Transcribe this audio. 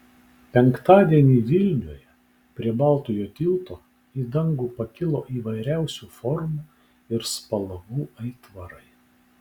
penktadienį vilniuje prie baltojo tilto į dangų pakilo įvairiausių formų ir spalvų aitvarai